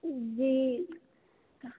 जी